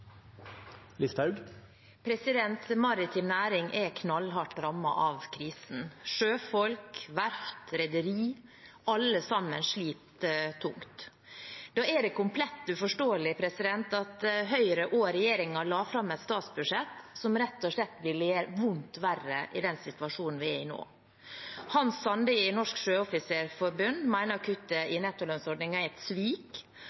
knallhardt rammet av krisen. Sjøfolk, verft, rederi – alle sliter tungt. Da er det komplett uforståelig at Høyre og regjeringen la fram et statsbudsjett som rett og slett ville gjøre vondt verre i den situasjonen vi nå er i. Hans Sande i Norsk Sjøoffisersforbund mener at kuttet i nettolønnsordningen er et svik,